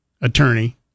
attorney